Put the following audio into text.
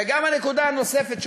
וגם הנקודה הנוספת,